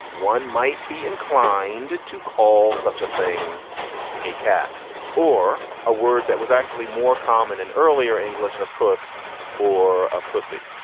one might be inclined to call such a thing a cat or a word that was actually more common in earlier english. puss or ah pussy?